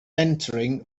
entering